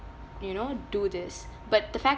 you know do this but the fact